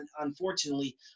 unfortunately